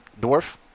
Dwarf